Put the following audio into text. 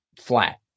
flat